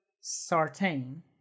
Sartain